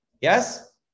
Yes